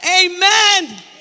Amen